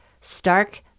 stark